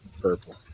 purple